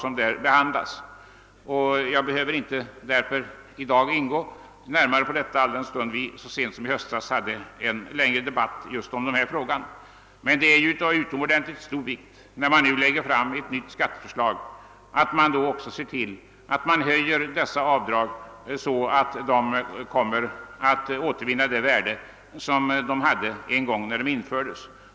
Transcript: Jag behöver i dag inte närmare ingå på dessa avdrag, alldenstund vi så sent som i höstas hade en längre debatt just om den frågan. Men det är av utomordentligt stor vikt att man, när man nu lägger fram ett nytt skatteförslag, ser till att man också höjer dessa avdrag, så att de kommer att återvinna det värde som de hade när de infördes.